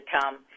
come